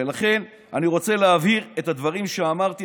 ולכן אני רוצה להבהיר את הדברים שאמרתי.